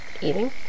eating